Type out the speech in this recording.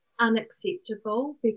unacceptable